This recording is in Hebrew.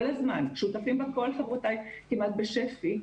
שותפים בה כל חברותיי כמעט בשפ"י,